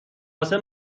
واسه